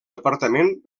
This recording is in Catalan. departament